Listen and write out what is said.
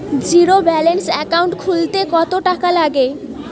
Zero balance account খুলতে কত টাকা লাগে?